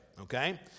okay